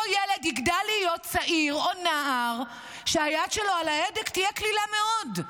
אותו ילד יגדל להיות צעיר או נער שהיד שלו על ההדק תהיה קלילה מאוד,